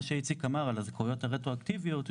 מה שאיציק אמר על הזכאות הרטרואקטיבית זה